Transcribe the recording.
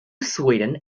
sweden